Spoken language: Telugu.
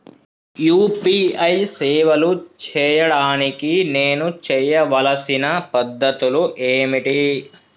యూ.పీ.ఐ సేవలు చేయడానికి నేను చేయవలసిన పద్ధతులు ఏమిటి?